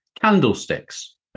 candlesticks